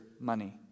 money